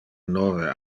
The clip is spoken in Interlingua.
nove